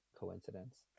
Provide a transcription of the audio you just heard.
coincidence